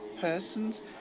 persons